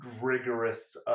rigorous